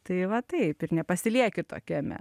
tai va taip ir nepasilieki tokiame